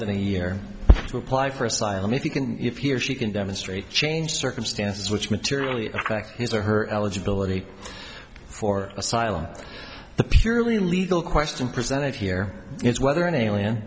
than a year to apply for asylum if you can if your she can demonstrate change circumstances which materially affect his or her eligibility for asylum the purely legal question presented here is whether an alien